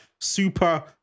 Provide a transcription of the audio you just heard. super